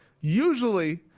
usually –